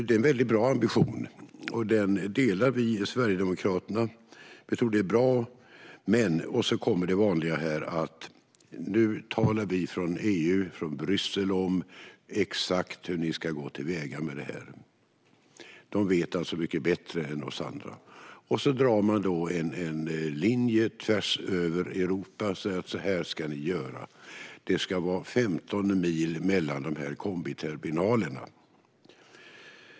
Det är en väldigt bra ambition, och vi i Sverigedemokraterna delar den och tycker att den är bra. Men så kommer det vanliga: Nu talar vi från EU och Bryssel om exakt hur ni ska gå till väga. De vet alltså mycket bättre än oss andra. Sedan drar man en linje tvärs över Europa och säger att så här ska ni göra. Det ska vara 15 mil mellan kombiterminalerna.